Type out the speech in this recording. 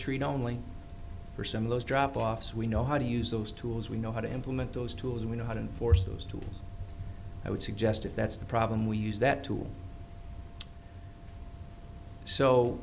street only for some of those drop offs we know how to use those tools we know how to implement those tools we know how to enforce those too i would suggest if that's the problem we use that tool so